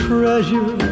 Treasure